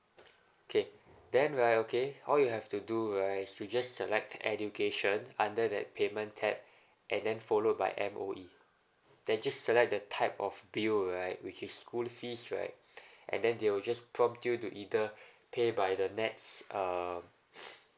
okay then right okay all you have to do right you just select education under the payment tab and then followed by M_O_E then just select the type of bill right which is school fees right and then they will just prompt you to either pay by the nets uh